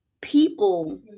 people